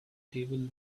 table